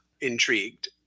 intrigued